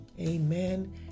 amen